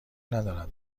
ندارد